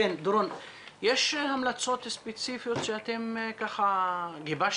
דורון, יש המלצות ספציפיות שגיבשתם?